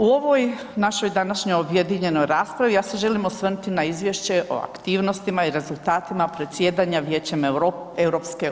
U ovoj našoj današnjoj objedinjenoj raspravi je se želim osvrnuti na izvješće o aktivnostima i rezultatima predsjedanja Vijećem EU.